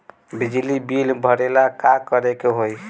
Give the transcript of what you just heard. बिजली बिल भरेला का करे के होई?